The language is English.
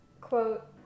Quote